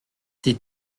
tes